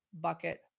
bucket